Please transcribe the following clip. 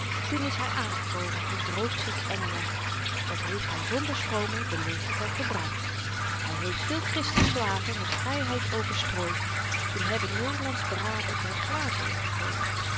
toen is hy aangekomen in t roofziek engeland dat heeft hy zonder schromen belegerd en verbrand hy heeft veel christenslaven met vryheid overstrooid toen hebben neêrlands braven zyn glazen ingegooid